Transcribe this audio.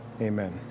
Amen